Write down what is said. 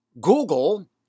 Google